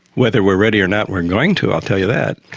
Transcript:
whether we are ready or not, we are going to, i'll tell you that.